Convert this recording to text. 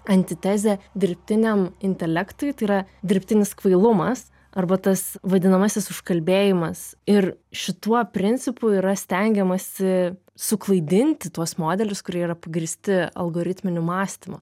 antitezė dirbtiniam intelektui tai yra dirbtinis kvailumas arba tas vadinamasis užkalbėjimas ir šituo principu yra stengiamasi suklaidinti tuos modelius kurie yra pagrįsti algoritminiu mąstymu